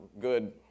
good